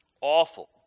Awful